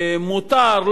מותר,